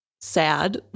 sad